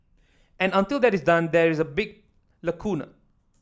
and until that is done there is a big lacuna